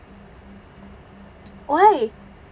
oh !yay!